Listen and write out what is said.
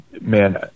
man